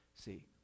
see